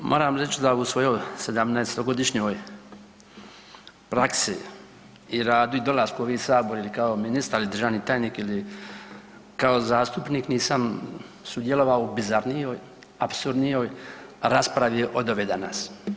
Moram vam reći da u svojoj 17-godišnjoj praksi i radu i dolasku u ovaj sabor ili kao ministar i državni tajnik ili kao zastupnik nisam sudjelovao u bizarnijoj, apsurdnijoj, raspravi od ove danas.